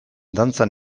dantzan